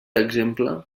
exemple